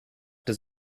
does